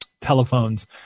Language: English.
telephones